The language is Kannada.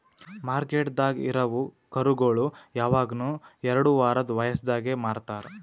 ಮಾರ್ಕೆಟ್ದಾಗ್ ಇರವು ಕರುಗೋಳು ಯವಗನು ಎರಡು ವಾರದ್ ವಯಸದಾಗೆ ಮಾರ್ತಾರ್